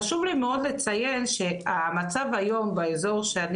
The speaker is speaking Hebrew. חשוב לי מאוד לציין שמצב היום באזור שאני